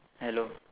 hello